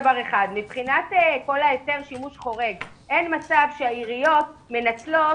מבחינת כול היתר השימוש חורג אין מצב שהעיריות מנצלות,